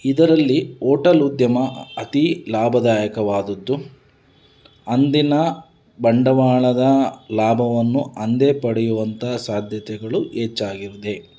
ಇದರಲ್ಲಿ ಓಟಲ್ ಉದ್ಯಮ ಅತೀ ಲಾಭದಾಯಕವಾದದ್ದು ಅಂದಿನ ಬಂಡವಾಳದ ಲಾಭವನ್ನು ಅಂದೇ ಪಡೆಯುವಂತ ಸಾಧ್ಯತೆಗಳು ಹೆಚ್ಚಾಗಿದೆ